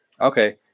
Okay